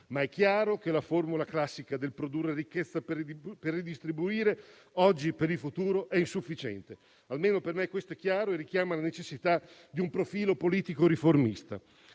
È chiaro che la formula classica del produrre ricchezza per redistribuire oggi per il futuro è insufficiente. Almeno per me, ciò è chiaro e richiama la necessità di un profilo politico riformista.